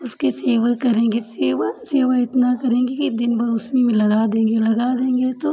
उसकी सेवा करेंगे सेवा सेवा इतना करेंगे कि दिनभर उसी में लगा देंगे लगा देंगे तो